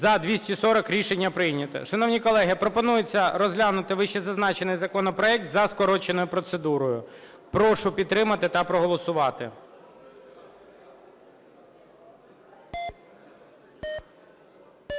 За-268 Рішення прийнято. Шановні колеги, пропонується розглянути вищезазначений законопроект за скороченою процедурою. Прошу підтримати та проголосувати.